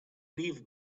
leave